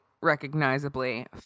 recognizably